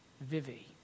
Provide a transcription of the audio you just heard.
vivi